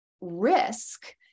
risk